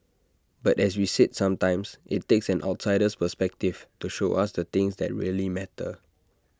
but as we said sometimes IT takes an outsider's perspective to show us the things that really matter